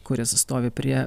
kuris stovi prie